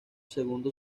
segundo